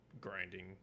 grinding